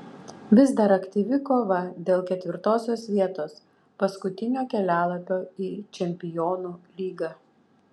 vis dar aktyvi kova dėl ketvirtosios vietos paskutinio kelialapio į čempionų lygą